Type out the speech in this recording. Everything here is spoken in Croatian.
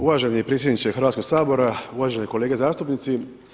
Uvaženi predsjedniče Hrvatskog sabora, uvažene kolege zastupnici.